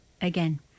again